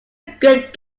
good